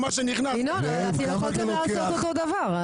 ינון, אתם יכולתם לעשות אותו דבר.